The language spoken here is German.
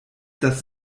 das